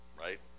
right